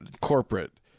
corporate